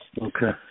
Okay